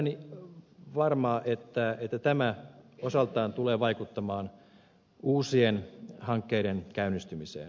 olen varma että tämä osaltaan tulee vaikuttamaan uusien hankkeiden käynnistymiseen